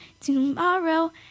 tomorrow